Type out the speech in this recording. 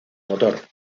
motor